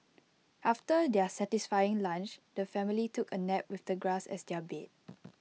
after their satisfying lunch the family took A nap with the grass as their bed